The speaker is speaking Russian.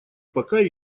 пока